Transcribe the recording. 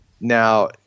now